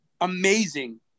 amazing